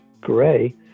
gray